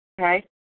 okay